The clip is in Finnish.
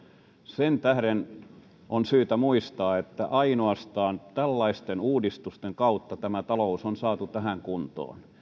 sen tähden on syytä muistaa että ainoastaan tällaisten uudistusten kautta talous on saatu tähän kuntoon